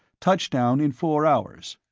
touchdown in four hours.